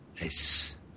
Nice